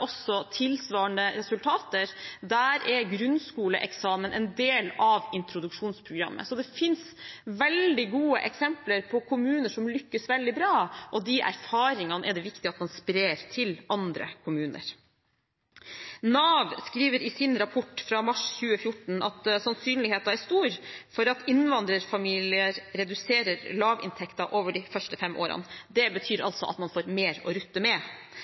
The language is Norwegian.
også tilsvarende resultater. Der er grunnskoleeksamen en del av introduksjonsprogrammet. Det finnes veldig gode eksempler på kommuner som lykkes veldig bra, og de erfaringene er det viktig at man sprer til andre kommuner. Nav skriver i sin rapport fra mars 2014 at sannsynligheten er stor for at innvandrerfamilier reduserer lavinntekter over de første fem årene. Det betyr altså at man får mer å rutte med.